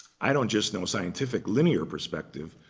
i don't just know scientific linear perspective,